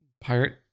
pirate